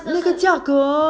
那个价格